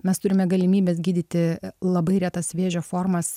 mes turime galimybes gydyti labai retas vėžio formas